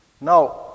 Now